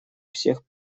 всех